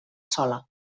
sola